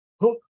hook